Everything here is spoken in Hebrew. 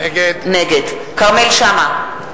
נגד כרמל שאמה,